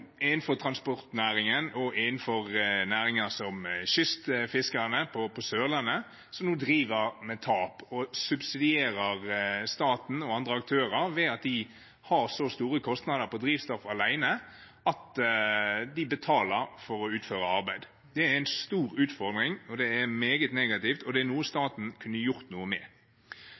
driver med tap og subsidierer staten og andre aktører ved at de har så store kostnader til drivstoff alene at de betaler for å utføre arbeid. Det er en stor utfordring, det er meget negativt, og det er noe staten kunne gjort noe med.